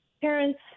parents